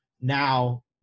now